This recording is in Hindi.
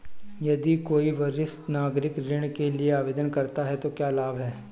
यदि कोई वरिष्ठ नागरिक ऋण के लिए आवेदन करता है तो क्या लाभ हैं?